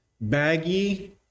baggy